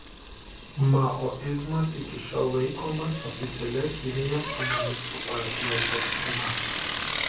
maoizmas iki šiol laikomas oficialia kinijos komunistų partijos doktrina